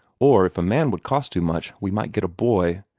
or if a man would cost too much, we might get a boy.